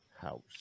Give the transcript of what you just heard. house